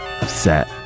upset